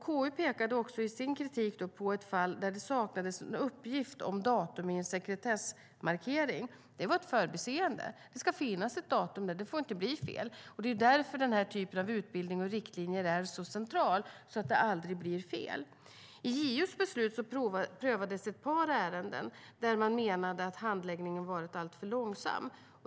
KU pekade i sin kritik även på ett fall där det saknades en uppgift om datum i en sekretessmarkering. Det var ett förbiseende. Det ska finnas ett datum där, och det får inte bli fel. Det är också därför den typen av utbildning och riktlinjer är så centralt - så att det aldrig blir fel. I JO:s beslut prövades ett par ärenden där man menade att handläggningen varit alltför långsam.